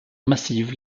massive